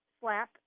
slap